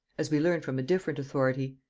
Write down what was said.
as we learn from a different authority.